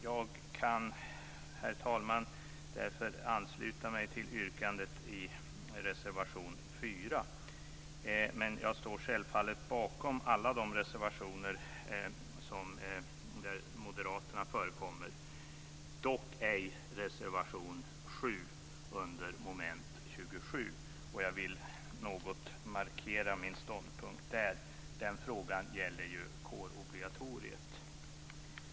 Jag kan, herr talman, därför ansluta mig till yrkandet i reservation 4, men jag står självfallet bakom alla de reservationer där moderaterna förekommer, dock ej reservation 7 under mom. 27. Jag vill något markera min ståndpunkt där. Den frågan gäller ju kårobligatoriet.